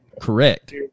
Correct